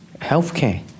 healthcare